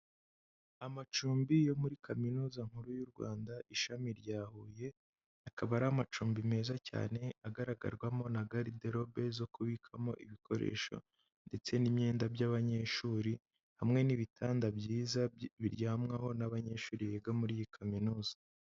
Amacumbi yo muri kaminuza nkuru y'u Rwanda ishami rya huye, akaba ari amacumbi meza cyane agaragarwamo na garde robe zo kubikamo ibikoresho ndetse n'imyenda by'abanyeshuri hamwe n'ibitanda byiza biryamwaho n'abanyeshuri biga muri iyi kaminuza.